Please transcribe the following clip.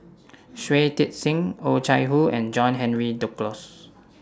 Shui Tit Sing Oh Chai Hoo and John Henry Duclos